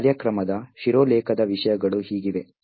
ಆದ್ದರಿಂದ ಕಾರ್ಯಕ್ರಮದ ಶಿರೋಲೇಖದ ವಿಷಯಗಳು ಹೀಗಿವೆ